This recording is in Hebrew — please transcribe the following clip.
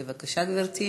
בבקשה, גברתי.